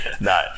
No